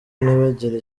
ntibagire